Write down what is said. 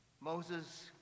Moses